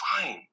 fine